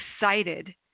excited